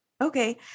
Okay